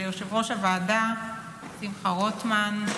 ליושב-ראש הוועדה שמחה רוטמן,